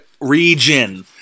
region